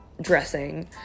dressing